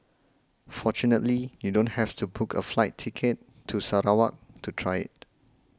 fortunately you don't have to book a flight ticket to Sarawak to try it